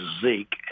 Zeke